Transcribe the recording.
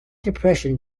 depression